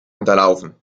unterlaufen